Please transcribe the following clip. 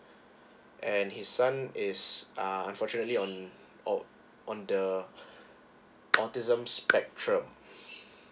and his son is uh unfortunately um oh on the autism spectrum